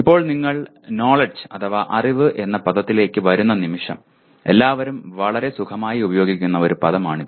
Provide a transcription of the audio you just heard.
ഇപ്പോൾ നിങ്ങൾ നോലെഡ്ജ് അഥവാ അറിവ് എന്ന പദത്തിലേക്ക് വരുന്ന നിമിഷം എല്ലാവരും വളരെ സുഖമായി ഉപയോഗിക്കുന്ന ഒരു പദമാണ് ഇത്